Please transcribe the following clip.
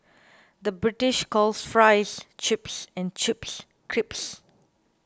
the British calls Fries Chips and Chips Crisps